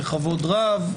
בכבוד רב,